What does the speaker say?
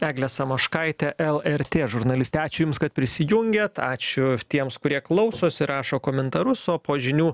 eglė samoškaitė lrt žurnalistė ačiū jums kad prisijungėt ačiū tiems kurie klausosi rašo komentarus o po žinių